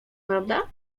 prawda